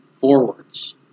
forwards